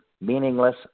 meaningless